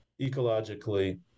ecologically